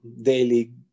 daily